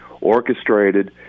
orchestrated